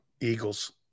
Eagles